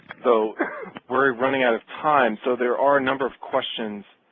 so we're running out of time, so there are a number of questions,